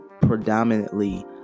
predominantly